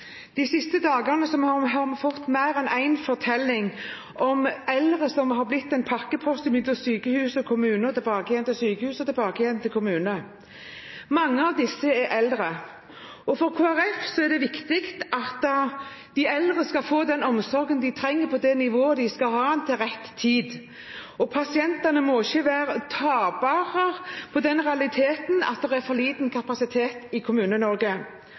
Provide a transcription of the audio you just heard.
De siste dagene har vi fått mer enn én fortelling om eldre som har blitt en pakkepost mellom sykehus og kommuner – til sykehus og tilbake igjen til kommunene. Mange av disse er altså eldre, og for Kristelig Folkeparti er det viktig at de eldre skal få den omsorgen de trenger, på det nivået de skal ha, til rett tid. Pasientene må ikke bli tapere på grunn av den realiteten at det er for lite kapasitet i